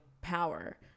power